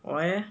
why leh